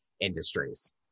industries